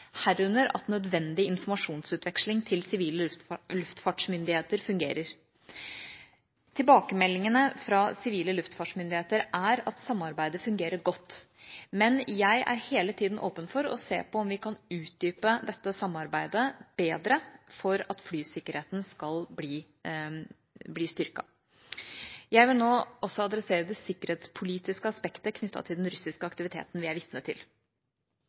herunder at nødvendig informasjonsutveksling til sivile luftfartsmyndigheter fungerer. Tilbakemeldingene fra sivile luftfartsmyndigheter er at samarbeidet fungerer godt. Men jeg er hele tiden åpen for å se på om vi kan utdype dette samarbeidet bedre for at flysikkerheten skal bli styrket. Jeg vil nå også adressere det sikkerhetspolitiske aspektet knyttet til den russiske aktiviteten vi er vitne til.